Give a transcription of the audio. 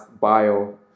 bio